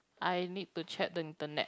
I need to check the internet